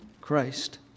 Christ